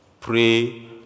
pray